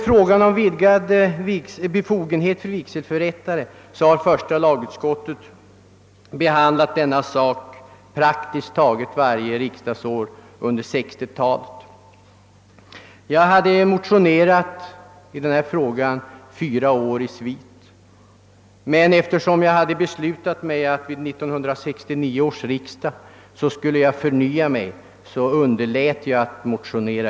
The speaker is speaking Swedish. Frågan om vidgad befogenhet för vigselförrättare har första lagutskottet behandlat praktiskt taget varje år under 1960-talet. Jag motionerade om detta problem fyra år i svit, men eftersom jag hade beslutat att förnya mig vid 1969 års riksdag underlät jag i år att avge någon motion.